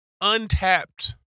untapped